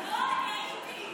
לא, אני הייתי.